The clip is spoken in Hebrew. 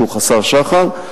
שהוא חסר שחר,